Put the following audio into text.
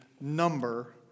number